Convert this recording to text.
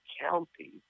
county